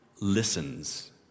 listens